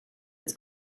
its